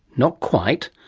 not quite.